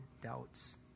doubts